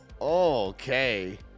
okay